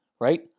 right